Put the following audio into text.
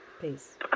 Peace